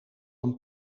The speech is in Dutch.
een